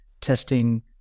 testing